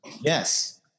Yes